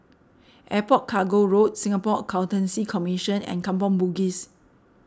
Airport Cargo Road Singapore Accountancy Commission and Kampong Bugis